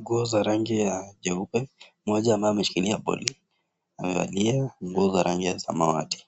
nguo za rangi ya jeupe, mmoja ambaye ameshikilia boli amevalia nguo za rangi ya samawati.